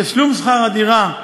תשלום שכר הדירה,